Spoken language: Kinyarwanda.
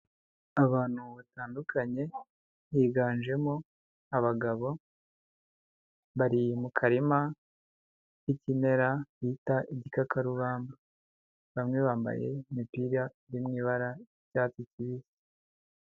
Abantu batandukanye, higanjemo abagabo bari mu karima k'ikimera bita igikakarubamba, bamwe bambaye imipira iri mu ibara ry'icyatsi kibisi.